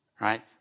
right